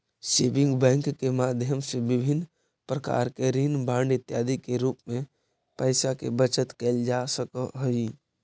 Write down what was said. saving bank के माध्यम से विभिन्न प्रकार के ऋण बांड इत्यादि के रूप में पैइसा के बचत कैल जा सकऽ हइ